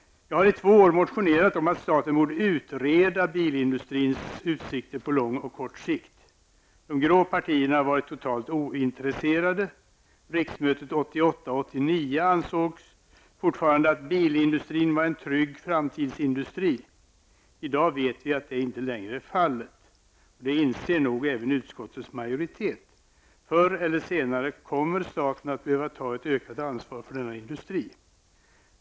Jag har i två år motionerat om att staten borde utreda bilindustrins utsikter på lång och kort sikt. De grå partierna har varit totalt ointresserade. Riksmötet 1988/89 ansåg det fortfarande att bilindustrin var en trygg framtidsindustri. I dag vet vi att det inte längre är fallet. Detta inser nog även utskottets majoritet. Förr eller senare kommer staten att behöva ta ett ökat ansvar för denna industri.